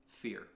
Fear